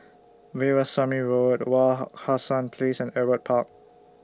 Veerasamy Road Wak Hassan Place and Ewart Park